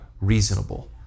reasonable